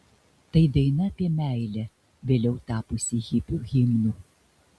tai daina apie meilę vėliau tapusi hipių himnu